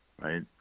right